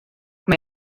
mae